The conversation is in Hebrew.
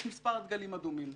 יש מספר דגלים אדומים.